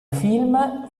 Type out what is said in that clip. film